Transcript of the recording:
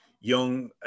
young